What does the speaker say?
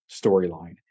storyline